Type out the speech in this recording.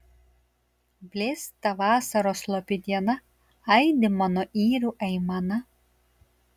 blėsta vasaros slopi diena aidi mano yrių aimana